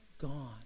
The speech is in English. gone